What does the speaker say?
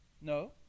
No